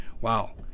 wow